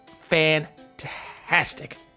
Fantastic